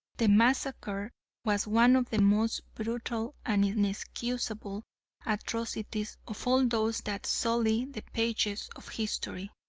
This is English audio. the massacre was one of the most brutal and inexcusable atrocities of all those that sully the pages of history.